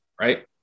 right